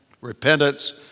repentance